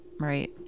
right